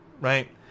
right